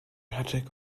attic